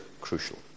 crucial